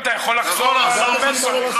קודם כול, אתה יכול לחזור על הרבה דברים.